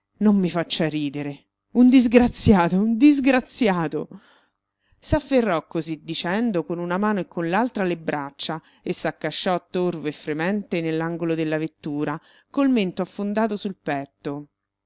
non mi faccia ridere un disgraziato un disgraziato s'afferrò così dicendo con una mano e con l'altra le braccia e s'accasciò torvo e fremente nell'angolo della vettura col mento affondato sul petto